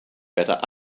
better